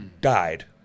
died